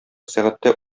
сәгатьтә